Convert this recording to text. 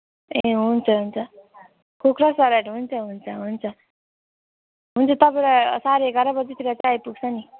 ए हुन्छ हुन्छ कोक र सलाद हुन्छ हुन्छ हुन्छ हुन्छ तपाईँलाई साढे एघार बजीतिर चाहिँ आइपुग्छ नि